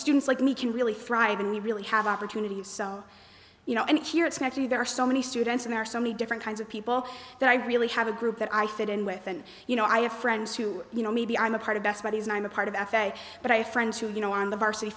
students like me can really thrive and we really have opportunities you know and here it's actually there are so many students and there are so many different kinds of people that i really have a group that i fit in with and you know i have friends who you know maybe i'm a part of best buddies and i'm a part of f a but i have friends who are you know on the varsity